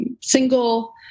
single